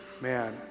Man